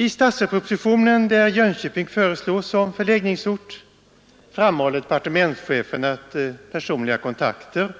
I statsverkspropositionen, där Jönköping föreslås som förläggningsort, framhåller departementschefen att personliga kontakter